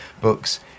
books